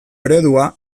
eredua